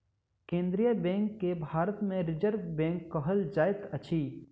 केन्द्रीय बैंक के भारत मे रिजर्व बैंक कहल जाइत अछि